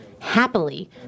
happily